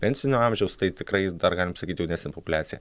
pensinio amžiaus tai tikrai dar galim sakyt jaunesnė populiacija